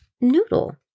Noodle